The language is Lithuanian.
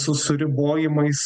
su su ribojimais